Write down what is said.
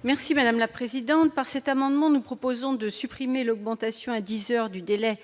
l'amendement n° 71. Par cet amendement, nous proposons de revenir sur l'augmentation à 10 heures du délai